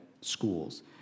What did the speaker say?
schools